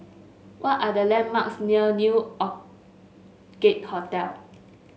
what are the landmarks near New Orchid Hotel